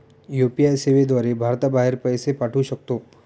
UPI सेवेद्वारे भारताबाहेर पैसे पाठवू शकतो